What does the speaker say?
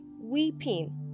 weeping